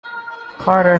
carter